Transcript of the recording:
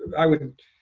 i would,